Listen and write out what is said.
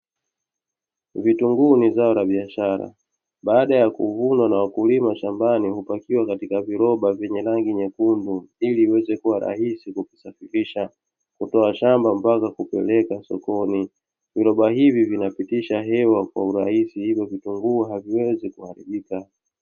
Vitunguu ni zao la biashara baada ya kuvunwa na wakulima shambani, hupakiwa katika viroba vya rangi nyekundu ili iweze kuwa rahisi kuvisafirisha kutoa shamba mpaka kupeleka sokoni, viroba hivi vinapitisha hewa kwa urahisi hivyo vitunguu haviwezi kuharibika.